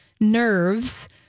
nerves